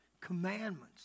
commandments